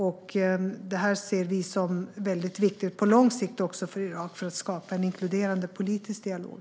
Det här ser vi som mycket viktigt också på lång sikt för Irak för att skapa en inkluderande politisk dialog.